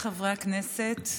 הכנסת,